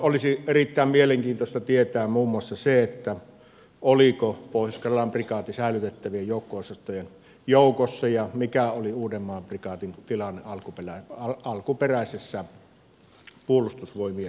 olisi erittäin mielenkiintoista tietää muun muassa se oliko pohjois karjalan prikaati säilytettävien joukko osastojen joukossa ja mikä oli uudenmaan prikaatin tilanne alkuperäisessä puolustusvoimien esityksessä